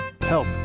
help